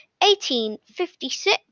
1856